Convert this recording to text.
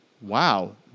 wow